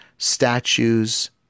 Statues